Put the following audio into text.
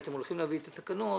אתם הולכים להביא את התקנות